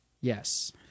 Yes